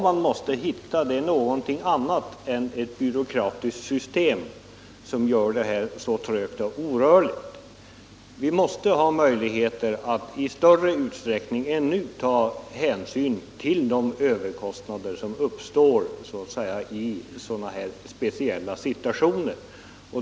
Man måste hitta något annat än det byråkratiska system som gör detta så trögt och orörligt. Vi måste ha möjlighet att i större utsträckning än nu ta hänsyn till de överkostnader som uppstår i sådana här speciella situationer.